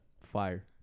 Fire